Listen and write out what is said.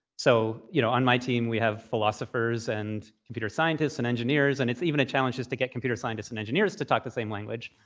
so you know, on my team, we have philosophers and computer scientists and engineers, and it's even a challenge just to get computer scientists and engineers to talk the same language,